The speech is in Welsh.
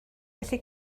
felly